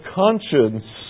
conscience